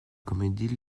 comédie